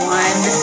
one